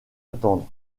attendre